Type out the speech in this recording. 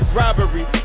robbery